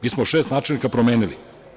Mi smo šest načelnika promenili.